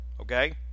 okay